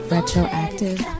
Retroactive